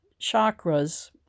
chakras